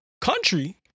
country